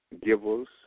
givers